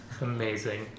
Amazing